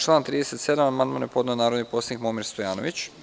Na član 37. amandman je podneo narodni poslanik Momir Stojanović.